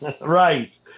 Right